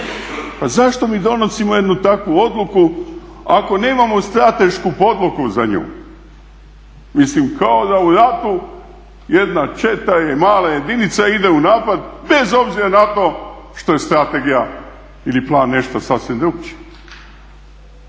Pa zašto mi donosimo jednu takvu odluku ako nemamo stratešku podlogu za nju, mislim kao da u ratu jedna četa ili mala jedinca ide u napad bez obzira na to što je strategija ili plan nešto sasvim drukčiji.